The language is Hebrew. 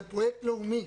זה פרויקט לאומי,